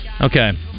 Okay